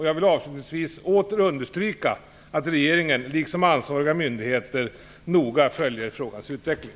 Jag vill avslutningsvis åter understryka att regeringen liksom ansvariga myndigheter noga följer frågans utveckling.